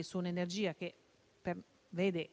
su un'energia come